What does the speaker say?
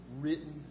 written